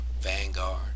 Vanguard